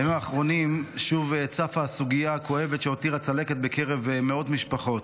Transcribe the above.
בימים האחרונים שוב צפה הסוגיה הכואבת שהותירה צלקת בקרב מאות משפחות.